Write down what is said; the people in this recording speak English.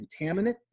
contaminant